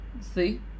See